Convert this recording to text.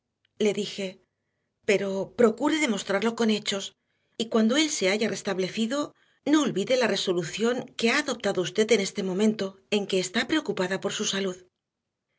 le dije pero procure demostrarlo con hechos y cuando él se haya restablecido no olvide la resolución que ha adoptado usted en este momento en que está preocupada por su salud